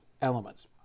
elements